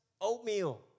oatmeal